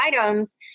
items